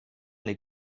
les